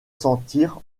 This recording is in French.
sentir